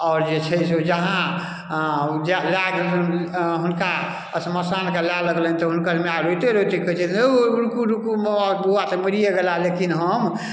आओर जे छै से जहाँ आँऽ जा हुनका श्मशान कऽ लए लगलनि तऽ हुनकर माय रोइते रोइते कहै छथि रौ रुकु रुकु हमर बउआ तऽ मरिये गेला लेकिन हम